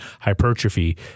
hypertrophy